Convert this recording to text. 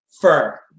fur